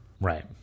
Right